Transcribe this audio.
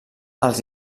els